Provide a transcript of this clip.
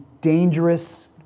dangerous